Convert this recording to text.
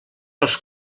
els